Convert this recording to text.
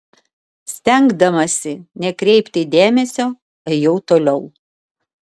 stengdamasi nekreipti dėmesio ėjau toliau